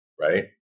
right